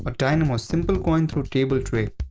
but dynamo's simple coin through table trick.